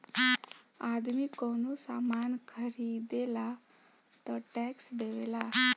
आदमी कवनो सामान ख़रीदेला तऽ टैक्स देवेला